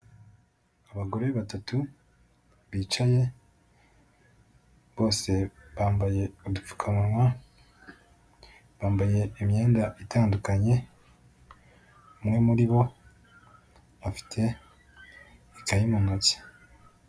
Abagore batatu bicaye, bose bambaye udupfukamunwa, bambaye imyenda itandukanye, umwe muri bo afite ikayi mu ntoki.